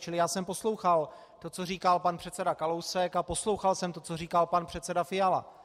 Čili já jsem poslouchal to, co říkal pan předseda Kalousek, a poslouchal jsem to, co říkal pan předseda Fiala.